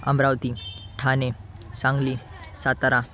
Amravati Thane Sangli Satara